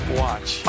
watch